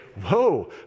whoa